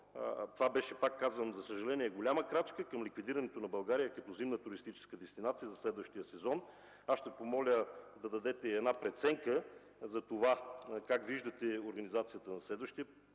това беше, пак казвам, за съжаление голяма крачка към ликвидирането на България като зимна туристическа дестинация за следващия сезон. Аз ще помоля да дадете една преценка: как виждате организацията за следващия